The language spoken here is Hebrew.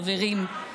חברים,